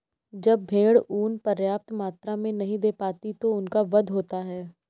जब भेड़ ऊँन पर्याप्त मात्रा में नहीं दे पाती तो उनका वध होता है